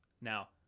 Now